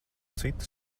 citu